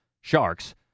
sharks